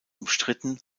umstritten